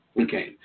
Okay